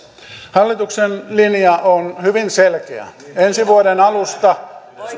hallituksen linja on hyvin selkeä ensi vuoden alusta